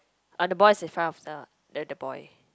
ah the boy's in front of the the the boy